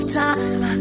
time